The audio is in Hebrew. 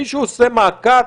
מישהו עושה מעקב?